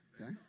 Okay